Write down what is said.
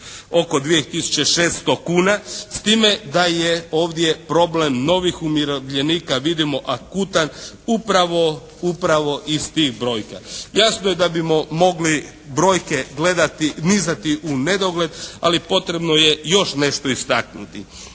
oko 2600 kuna s time da je ovdje problem novih umirovljenika. Vidimo akutan upravo iz tih brojki. Jasno je da bi mogli brojke gledati, nizati u nedogled. Ali potrebno je još nešto istaknuti.